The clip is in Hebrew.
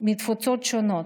מהתפוצות השונות.